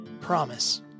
promise